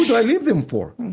i leave them for?